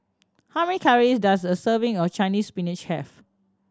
how many calories does a serving of Chinese Spinach have